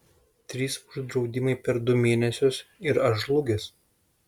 trys uždraudimai per du mėnesius ir aš žlugęs